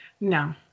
No